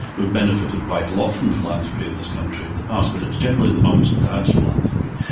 we've benefited quite a lot from philanthropy in this country in the past, but it's generally the mums and dads philanthropy.